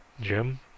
Jim